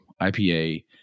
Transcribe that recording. IPA